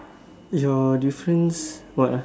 your difference what ah